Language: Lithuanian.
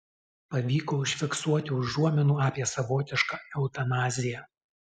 pavyko užfiksuoti užuominų apie savotišką eutanaziją